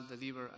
deliver